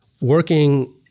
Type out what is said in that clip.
working